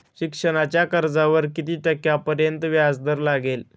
शिक्षणाच्या कर्जावर किती टक्क्यांपर्यंत व्याजदर लागेल?